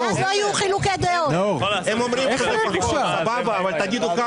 אין לי בעיה אם יותר או פחות, אבל תגידו כמה.